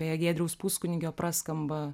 beje giedriaus puskunigio praskamba